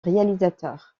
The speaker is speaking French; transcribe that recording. réalisateur